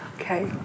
Okay